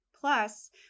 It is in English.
Plus